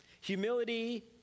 Humility